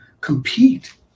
compete